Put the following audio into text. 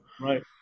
Right